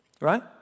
Right